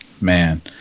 man